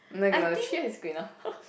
no no three years is good enough